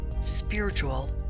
spiritual